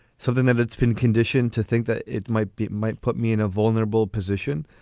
something that it's been conditioned to think that it might be it might put me in a vulnerable position.